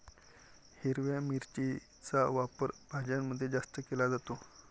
हिरव्या मिरचीचा वापर भाज्यांमध्ये जास्त केला जातो